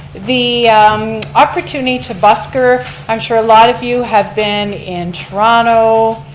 the opportunity to busker, i'm sure a lot of you have been in toronto,